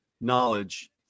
knowledge